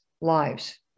lives